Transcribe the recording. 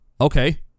Okay